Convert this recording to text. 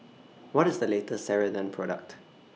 What IS The later Ceradan Product